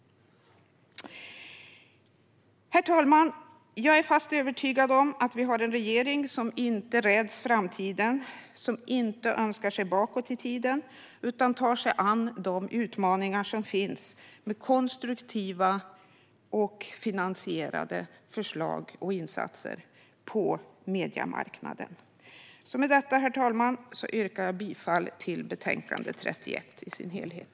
Herr talman! Jag är fast övertygad om att vi har en regering som inte räds framtiden, som inte önskar sig bakåt i tiden utan som tar sig an de utmaningar som finns med konstruktiva och finansierade förslag och insatser på mediemarknaden. Med detta, herr talman, yrkar jag bifall till förslaget i betänkande 31 i dess helhet.